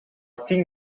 tien